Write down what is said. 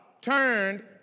turned